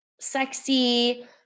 sexy